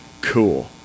cool